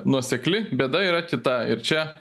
nuosekli bėda yra kita ir čia